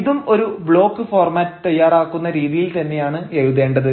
ഇതും ഒരു block format തയ്യാറാക്കുന്ന രീതിയിൽ തന്നെയാണ് എഴുതേണ്ടത്